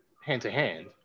hand-to-hand